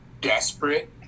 desperate